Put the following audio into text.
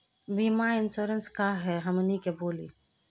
बीमा इंश्योरेंस का है हमनी के बोली?